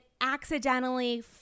accidentally